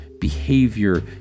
behavior